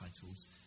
titles